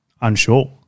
unsure